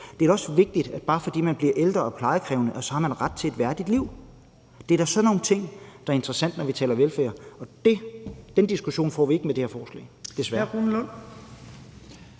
Det er da også vigtigt, at man, når man bliver ældre og plejekrævende, har ret til et værdigt liv. Det er da sådan nogle ting, der er interessante, når vi taler velfærd, og den diskussion får vi ikke med det her forslag – desværre.